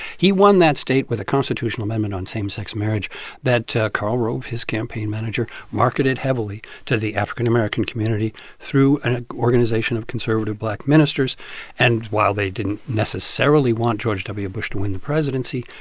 he won that state with a constitutional amendment on same-sex marriage that karl rove, his campaign manager, marketed heavily to the african american community through an organization of conservative black ministers and while they didn't necessarily want george w. bush to win the presidency,